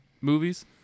movies